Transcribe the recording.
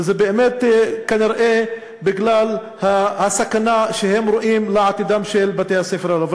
וזה כנראה בגלל הסכנה שהם רואים לעתידם של בתי-הספר הללו.